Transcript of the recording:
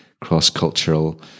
cross-cultural